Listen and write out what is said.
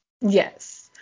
yes